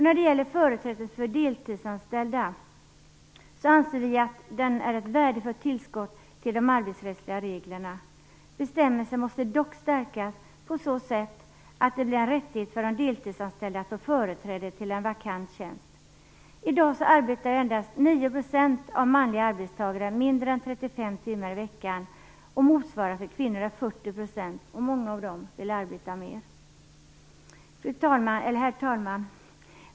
När det gäller företräde för deltidsanställda anser vi att det är ett värdefullt tillskott till de arbetsrättsliga reglerna. Bestämmelsen måste dock stärkas på så sätt att det blir en rättighet för de deltidsanställda att få företräde till en vakant tjänst. I dag arbetar endast 9 % av manliga arbetstagare mindre än 35 timmar i veckan. Motsvarande för kvinnor är 40 %, och många av dem vill arbeta mer. Herr talman!